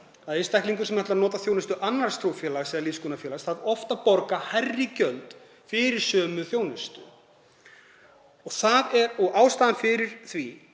að einstaklingur sem ætlar að nota þjónustu annars trúfélags eða lífsskoðunarfélags þarf oft að borga hærri gjöld fyrir sömu þjónustu. Ástæðan fyrir því